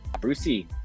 Brucey